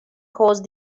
cause